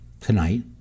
tonight